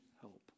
help